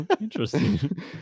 Interesting